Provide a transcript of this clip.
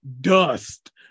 dust